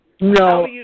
No